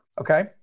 Okay